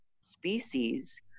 species